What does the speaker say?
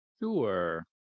Sure